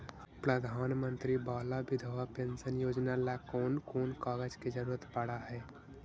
प्रधानमंत्री बाला बिधवा पेंसन योजना ल कोन कोन कागज के जरुरत पड़ है?